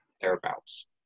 thereabouts